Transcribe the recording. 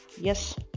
yes